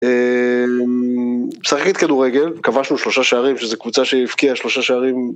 משחקים כדורגל, כבשנו שלושה שערים, שזה קבוצה שהבקיעה שלושה שערים.